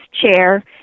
chair